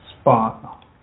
spot